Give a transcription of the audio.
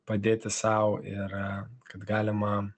padėti sau ir kad galima